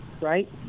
right